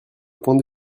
point